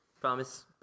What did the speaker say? Promise